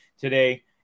today